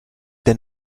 der